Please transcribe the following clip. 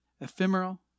ephemeral